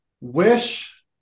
wish